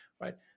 right